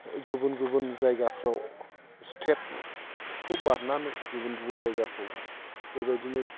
गुबुन गुबुन जायगाफ्राव स्टेटखौ बारनानै गुबुन गुबुन जायगाखौ बेबायदिनो